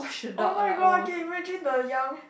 oh-my-god can imagine the young